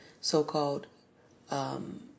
so-called